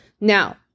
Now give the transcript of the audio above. Now